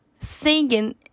singing